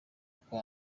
kwa